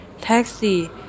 taxi